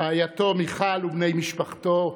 רעייתו מיכל ובני משפחתו,